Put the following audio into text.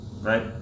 right